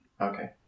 Okay